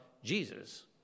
Jesus